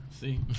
See